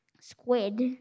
squid